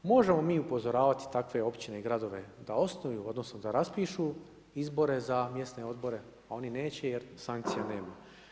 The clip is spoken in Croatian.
Možemo mi upozoravati takve općine i gradove da osnuju odnosno da raspišu izbore za mjesne odbore a oni neće jer sankcija nema.